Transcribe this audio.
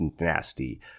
nasty